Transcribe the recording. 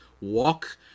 Walk